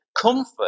comfort